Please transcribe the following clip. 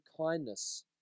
kindness